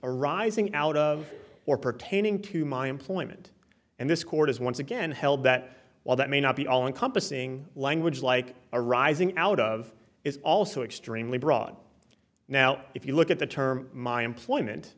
arising out of or pertaining to my employment and this court has once again held that while that may not be all encompassing language like arising out of is also extremely broad now if you look at the term my employment